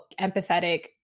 empathetic